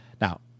Now